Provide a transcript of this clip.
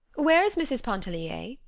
where is mrs. pontellier?